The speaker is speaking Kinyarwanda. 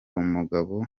umugabo